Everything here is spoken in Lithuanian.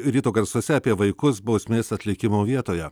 ryto garsuose apie vaikus bausmės atlikimo vietoje